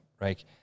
right